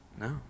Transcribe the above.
No